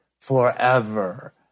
forever